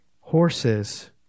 horses